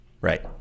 Right